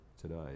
today